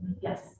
Yes